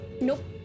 Nope